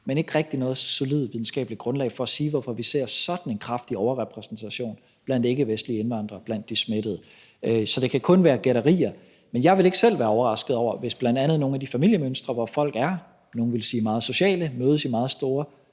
men ikke rigtig noget solidt videnskabeligt grundlag for at sige, hvorfor vi ser sådan en kraftig overrepræsentation blandt ikkevestlige indvandrere blandt de smittede. Så det kan kun være gætterier. Men jeg vil ikke selv være overrasket over det, hvis bl.a. nogle af de familiemønstre, hvor folk er, nogle vil sige meget sociale, mødes på tværs